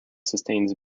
sustains